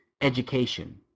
education